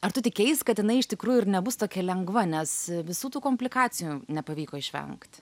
ar tu tikėjais kad jinai iš tikrųjų ir nebus tokia lengva nes visų tų komplikacijų nepavyko išvengt